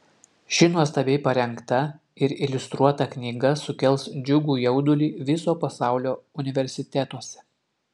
ši nuostabiai parengta ir iliustruota knyga sukels džiugų jaudulį viso pasaulio universitetuose